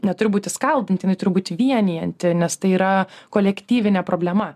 neturi būti skaldant jinai turi būti vienijanti nes tai yra kolektyvinė problema